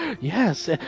Yes